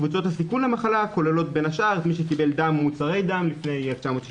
קבוצות הסיכון למחלה כוללות בין השאר מי שקיבל דם ומוצרי דם לפני 1992,